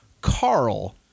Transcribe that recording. Carl